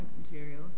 material